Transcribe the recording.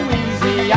easy